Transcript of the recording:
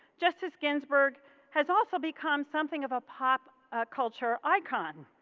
justice ginsburg has also become something of a pop culture icon.